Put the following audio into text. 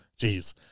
Jeez